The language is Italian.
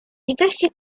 diversi